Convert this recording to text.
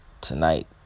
tonight